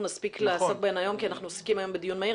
נספיק לעסוק בהן היום כי אנחנו עוסקים היום בדיון מהיר.